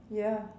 ya